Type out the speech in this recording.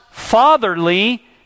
fatherly